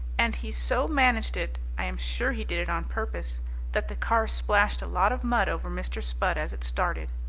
and he so managed it i am sure he did it on purpose that the car splashed a lot of mud over mr. spudd as it started.